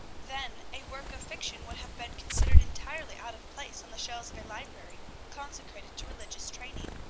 then a work of fiction would have been considered entirely out of place on the shelves of a library consecrated to religious training.